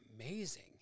amazing